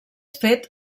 fet